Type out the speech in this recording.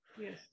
Yes